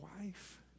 wife